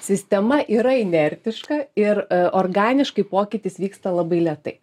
sistema yra inertiška ir organiškai pokytis vyksta labai lėtai